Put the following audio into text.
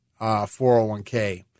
401k